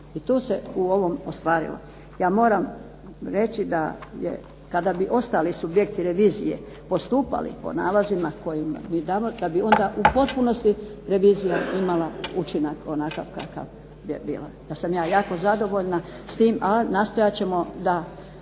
I tu se ovom ostvarilo. Ja moram reći da kada bi ostali subjekti revizije postupali po nalazima koje mi damo da bi onda u potpunosti revizija imala učinak onakav kakav je bio. Ja sam jako zadovoljna s time ali nastojat ćemo da